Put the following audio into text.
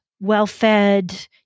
well-fed